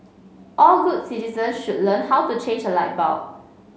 all good citizens should learn how to change a light bulb